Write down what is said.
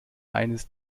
eines